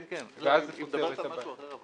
כן, אבל היא מדברת על משהו אחר.